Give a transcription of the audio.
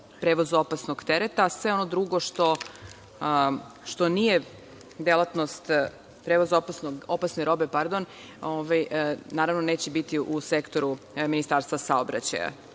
prevoz opasnog tereta, a sve ono drugo što nije delatnost prevoza opasne robe, naravno, neće biti u sektoru Ministarstva saobraćaja.